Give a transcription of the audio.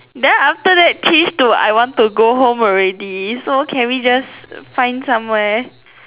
then after that change to I want to go home already so can we just find somewhere